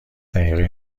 دقیقه